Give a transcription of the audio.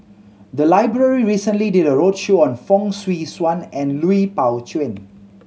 the library recently did a roadshow on Fong Swee Suan and Lui Pao Chuen